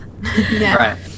Right